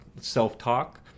self-talk